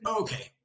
okay